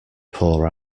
poor